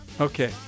Okay